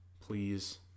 please